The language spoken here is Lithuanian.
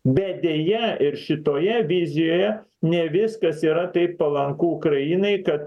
bet deja ir šitoje vizijoje ne viskas yra taip palanku ukrainai kad